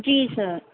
جی سر